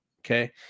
Okay